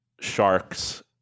sharks